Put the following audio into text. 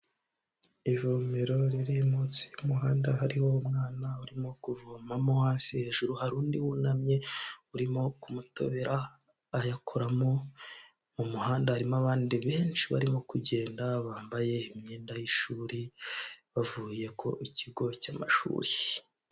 Ivomero riri munsi y'umuhanda hariho umwana urimo kuvomamo hasi hejuru hari undi wunamye urimo kumutobera ayakoramo, mu muhanda harimo abandi benshi barimo kugenda bambaye imyenda y'ishuri bavuye ko ikigo cy'amashuri.